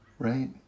Right